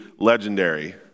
legendary